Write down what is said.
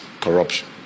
corruption